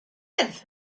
sedd